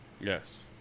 yes